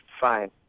fine